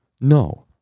no